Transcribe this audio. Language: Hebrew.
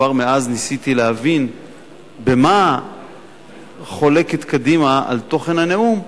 כבר מאז ניסיתי להבין במה חולקת קדימה על תוכן הנאום,